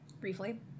Briefly